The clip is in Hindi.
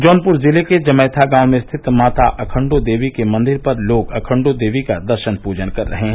जौनपुर जिले के जमैथा गांव में स्थित माता अखण्डो देवी के मंदिर पर लोग अखण्डो देवी का दर्शन पूजन कर रहे हैं